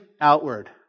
outward